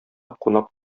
кунак